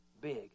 big